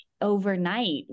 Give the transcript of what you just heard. overnight